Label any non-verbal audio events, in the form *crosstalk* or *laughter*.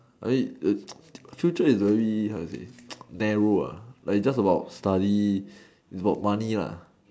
I mean eh *noise* the future is very how to say narrow ah it's just about studies it's about money lah